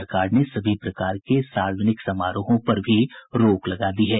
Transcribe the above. सरकार ने सभी प्रकार के सार्वजनिक समारोहों पर भी रोक लगा दी है